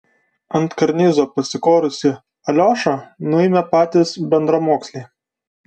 ant karnizo pasikorusį aliošą nuėmė patys bendramoksliai